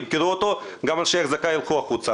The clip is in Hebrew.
ימכרו אותו ואז גם אנשי האחזקה ילכו הביתה.